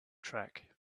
track